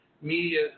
media